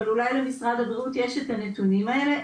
אבל אולי למשרד הבריאות יש את הנתונים האלה,